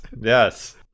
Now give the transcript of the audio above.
Yes